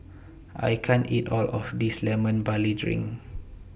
I can't eat All of This Lemon Barley Drink